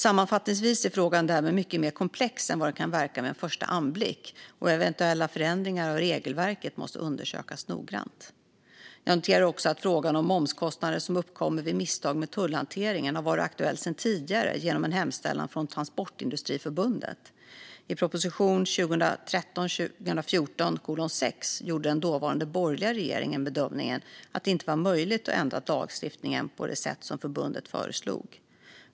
Sammanfattningsvis är frågan därmed mycket mer komplex än vad den kan verka vid första anblick, och eventuella ändringar av regelverket måste undersökas noggrant. Jag noterar också att frågan om momskostnader som uppkommer vid misstag med tullhanteringen har varit aktuell redan tidigare, genom en hemställan från Transportindustriförbundet. I prop. 2013/14:6 gjorde den dåvarande borgerliga regeringen bedömningen att det inte var möjligt att ändra lagstiftningen på det sätt som förbundet föreslog.